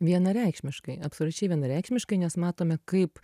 vienareikšmiškai absoliučiai vienareikšmiškai nes matome kaip